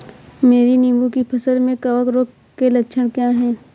मेरी नींबू की फसल में कवक रोग के लक्षण क्या है?